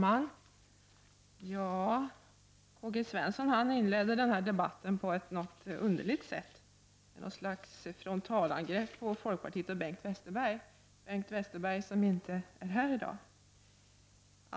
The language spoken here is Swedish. Herr talman! Karl-Gösta Svenson inledde debatten på ett litet underligt sätt med något slags frontalangrepp på folkpartiet och Bengt Westerberg, som ju inte är här i dag.